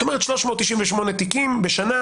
את אומרת שיש לך 398 תיקים בשנה,